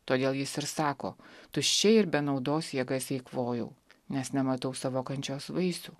todėl jis ir sako tuščiai ir be naudos jėgas eikvojau nes nematau savo kančios vaisių